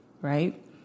right